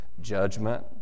judgment